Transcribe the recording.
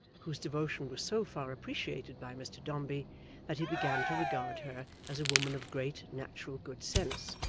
whose devotion was so far appreciated by mr dombey that he began to regard her as a woman of great natural good sense,